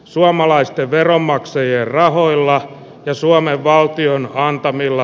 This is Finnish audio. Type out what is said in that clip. suomalaisten veronmaksajien rahoilla ja suomen valtion antamilla